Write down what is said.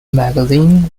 magazine